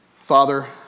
Father